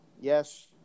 Yes